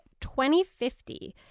2050